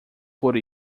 por